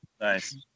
Nice